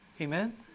Amen